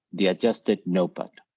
the adjusted nopat,